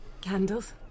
Candles